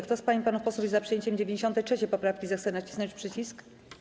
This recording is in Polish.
Kto z pań i panów posłów jest za przyjęciem 93. poprawki, zechce nacisnąć przycisk.